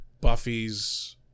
Buffy's